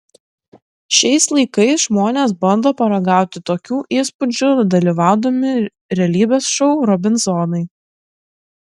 šiais laikais žmonės bando paragauti tokių įspūdžių dalyvaudami realybės šou robinzonai